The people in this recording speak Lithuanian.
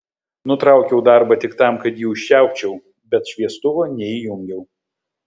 nutraukiau darbą tik tam kad jį užčiaupčiau bet šviestuvo neįjungiau